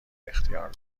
اختیار